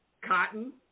cotton